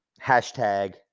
hashtag